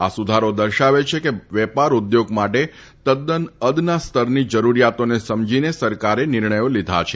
આ સુધારો દર્શાવે છે કે વેપાર ઉદ્યોગ માટે તદ્દન અદના સ્તરની જરૂરીયાતોને સમજીને સરકારે નિર્ણયો લીધા છે